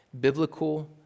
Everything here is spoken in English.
biblical